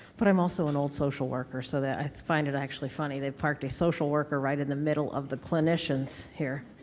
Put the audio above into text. but, i'm also an old social worker. so i find it actually funny they parked a social worker right in the middle of the clinicians here,